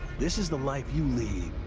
this is the life you lead.